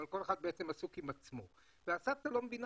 בעצם כל אחד עסוק עם עצמו והסבתא לא מבינה